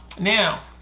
now